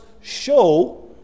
show